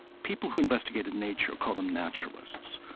people who investigated nature, call them naturalists,